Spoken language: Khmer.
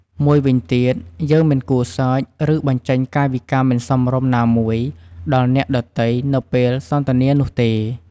មួយវិញទៀត យើងមិនគួរសើច ឬបញ្ចេញកាយវិការមិនសមរម្យណាមួយដល់អ្នកដទៃនៅពេលសន្ទនានោះទេ។